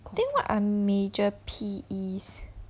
then what are major P_Es